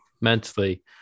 mentally